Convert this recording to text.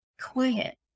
quiet